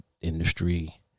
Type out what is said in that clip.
industry